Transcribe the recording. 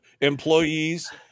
employees